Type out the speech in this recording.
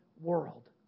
world